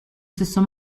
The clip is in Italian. stesso